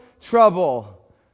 trouble